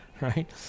Right